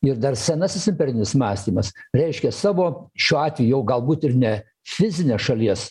ir dar senasis imperinis mąstymas reiškia savo šiuo atveju o galbūt ir ne fizinę šalies